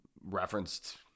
referenced